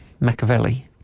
Machiavelli